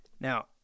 Now